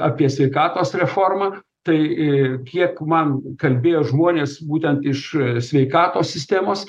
apie sveikatos reformą tai kiek man kalbėjo žmonės būtent iš sveikatos sistemos